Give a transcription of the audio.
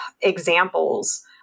examples